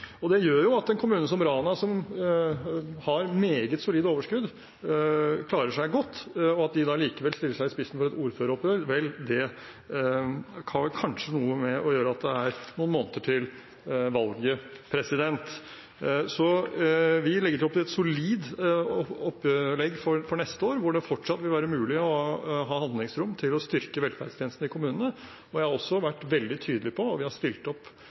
Det gjør at en kommune som Rana, som har meget solide overskudd, klarer seg godt. At de likevel stiller seg i spissen for et ordføreropprør – vel, det kan kanskje ha noe å gjøre med at det er noen måneder til valget. Vi legger opp til et solid opplegg for neste år, der det fortsatt vil være mulig å ha handlingsrom til å styrke velferdstjenestene i kommunene. Vi har også stilt opp under hele koronakrisen, og jeg har vært veldig tydelig på at